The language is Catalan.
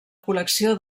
col·lecció